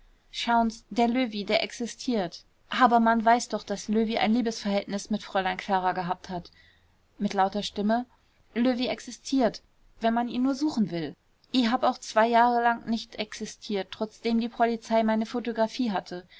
der löwy der existiert habermann weiß doch daß löwy ein liebesverhältnis mit fräulein klara gehabt hat mit lauter stimme löwy existiert wenn man ihn nur suchen will i hab auch zwei jahre lang nicht existiert trotzdem die polizei meine photographie hatte